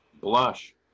Blush